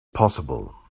possible